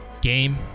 Game